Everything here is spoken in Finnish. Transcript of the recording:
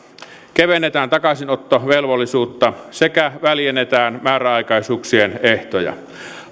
kevennetään takaisinottovelvollisuutta sekä väljennetään määräaikaisuuksien ehtoja